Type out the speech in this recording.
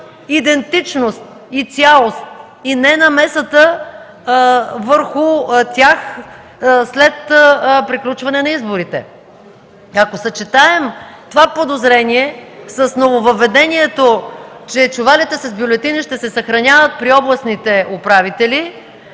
идентичност, цялост и ненамеса върху тях след приключване на изборите. Ако съчетаем това подозрение с нововъведението, че чувалите с бюлетините ще се съхраняват при областните управители…